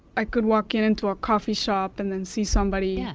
i could walk in into a coffee shop and then see somebody yeah,